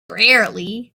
rarely